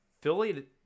Philly